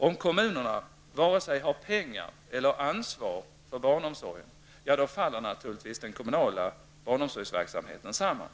Om kommunerna varken har pengar eller ansvar för barnomsorgen faller naturligtvis den kommunala barnomsorgsverksamheten samman.